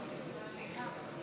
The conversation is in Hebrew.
סליחה,